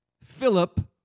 Philip